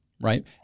right